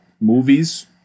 Movies